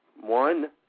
one